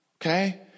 Okay